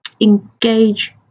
engage